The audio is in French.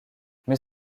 mais